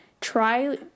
try